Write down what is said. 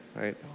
right